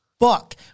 fuck